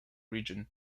region